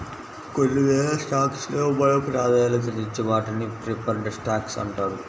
కొన్ని వేల స్టాక్స్ లో మనం ప్రాధాన్యతనిచ్చే వాటిని ప్రిఫర్డ్ స్టాక్స్ అంటారు